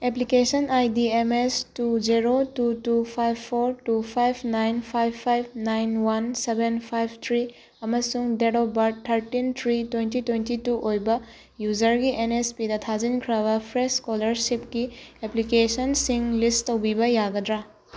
application I D M S two zero two two five four two five nine five five nine one seven five three ꯑꯃꯁꯨꯡ date of birth thirteen three twenty twenty two ꯑꯣꯏꯕ ꯌꯨꯖꯔꯒꯤ N S ꯄꯤꯗ ꯊꯥꯖꯤꯟꯈ꯭ꯔꯕ fresh ꯁ꯭ꯀꯣꯂꯔꯁꯤꯞꯀꯤ ꯑꯦꯄ꯭ꯂꯤꯀꯦꯁꯟꯁꯤꯡ ꯂꯤꯁ ꯇꯧꯕꯤꯕ ꯌꯥꯒꯗ꯭ꯔꯥ